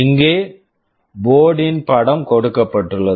இங்கே board board ன் படம் கொடுக்கப்பட்டுள்ளது